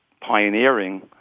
pioneering